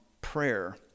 prayer